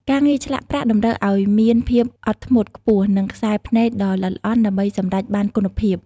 ការងារឆ្លាក់ប្រាក់តម្រូវឱ្យមាន ភាពអត់ធ្មត់ ខ្ពស់ និងខ្សែភ្នែកដ៏ល្អិតល្អន់ដើម្បីសម្រេចបានគុណភាព។